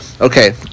Okay